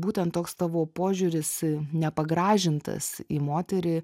būtent toks tavo požiūris nepagražintas į moterį